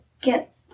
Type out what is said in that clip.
get